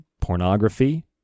pornography